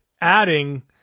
adding